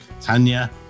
Tanya